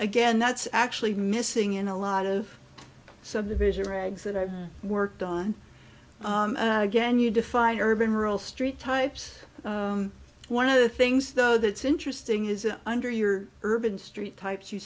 again that's actually missing in a lot of subdivision rags that i've worked on again you define urban rural street types one of the things though that's interesting is under your urban street types you